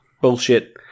Bullshit